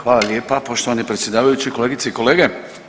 Hvala lijepa poštovani predsjedavajući, kolegice i kolege.